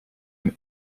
and